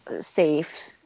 safe